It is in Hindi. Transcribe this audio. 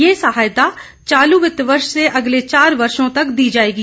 यह सहायता चालू वित्त वर्ष से अगले चार वर्षो तक दी जाएगी